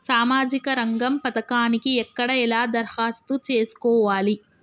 సామాజిక రంగం పథకానికి ఎక్కడ ఎలా దరఖాస్తు చేసుకోవాలి?